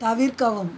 தவிர்க்கவும்